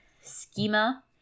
schema